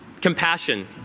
Compassion